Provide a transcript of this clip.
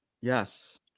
Yes